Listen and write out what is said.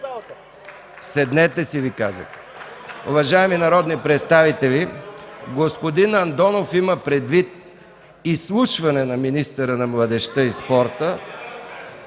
Седнете си, Ви казах! Уважаеми народни представители, господин Андонов има предвид изслушване на министъра на младежта и спорта.